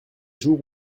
jour